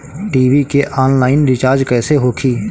TV के online recharge कैसे होखी?